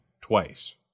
twice